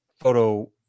photo